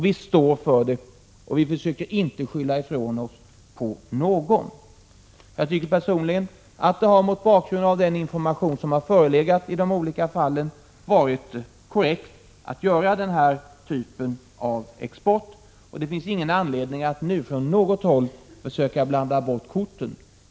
Vi står för det och försöker inte skylla ifrån oss på någon. Mot bakgrund av den information som förelegat i de båda fallen tycker jag personligen att den här typen av export har varit korrekt. Det finns ingen anledning att från något håll försöka blanda bort korten.